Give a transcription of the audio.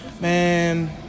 Man